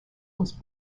was